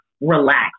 relax